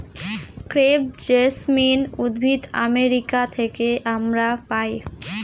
crepe jasmine উদ্ভিদ America থেকে আমরা পাই